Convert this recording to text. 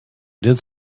did